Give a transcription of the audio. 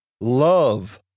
love